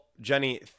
Jenny